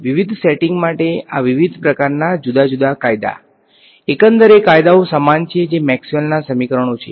વિવિધ સેટિંગ્સ માટે આ વિવિધ પ્રકારનાં જુદા જુદા કાયદા એકંદર કાયદાઓ સમાન છે જે મેક્સવેલના સમીકરણો છે